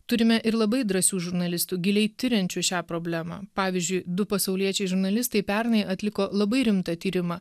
turime ir labai drąsių žurnalistų giliai tiriančių šią problemą pavyzdžiui du pasauliečiai žurnalistai pernai atliko labai rimtą tyrimą